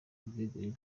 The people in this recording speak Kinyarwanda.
ubwegure